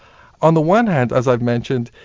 on the one hand as i've mentioned,